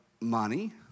money